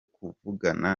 kuvugana